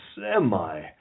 semi-